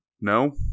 no